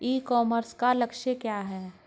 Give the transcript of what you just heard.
ई commerce का लक्ष्य क्या है?